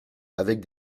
avec